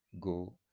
Go